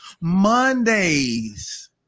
Mondays